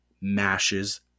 mashes